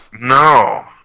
No